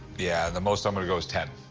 yeah, the most i'm going to go is ten.